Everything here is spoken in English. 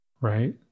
Right